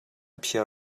phiar